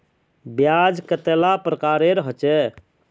ब्याज कतेला प्रकारेर होचे?